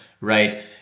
right